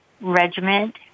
regiment